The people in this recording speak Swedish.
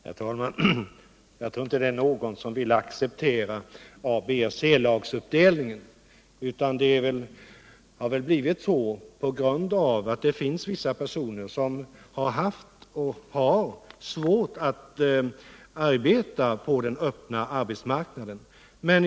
Herr talman! Jag tror inte att det är någon som vill acceptera A-, B och C lagsuppdelningen. Men det har väl blivit så på grund av att det finns vissa personer som har haft och har svårt att arbeta på den öppna arbetsmarknaden.